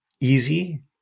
easy